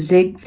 Zig